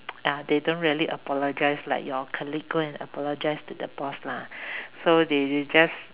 uh they don't really apologise like your colleague go and apologise to the boss lah so they just